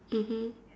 mmhmm